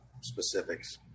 specifics